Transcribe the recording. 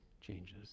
changes